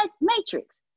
Matrix